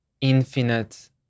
infinite